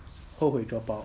后悔 drop out